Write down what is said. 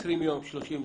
20 יום, 30 יום.